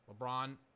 LeBron